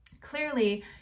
clearly